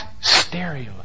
stereo